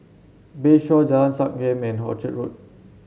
Bayshore Jalan Sankam and Orchard Road